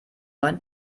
neuen